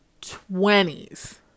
twenties